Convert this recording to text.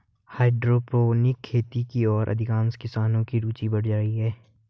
hydroponic खेती की ओर अधिकांश किसानों की रूचि बढ़ रही है